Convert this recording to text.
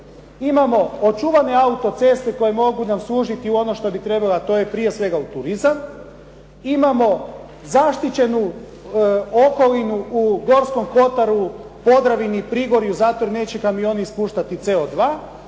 Imamo očuvane autoceste koje mogu nama služiti u ono što bi trebala, a to je prije svega u turizam, imamo zaštićenu okolinu u Gorskom Kotaru, Podravini, Prigorju zato jer neće kamioni ispuštati CO2